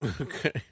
Okay